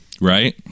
right